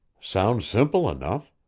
sounds simple enough.